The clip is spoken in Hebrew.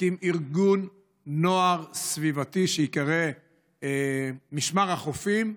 נקים ארגון נוער סביבתי שייקרא משמר החופים,